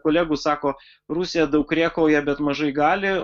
kolegų sako rusija daug rėkauja bet mažai gali